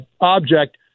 object